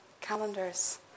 calendars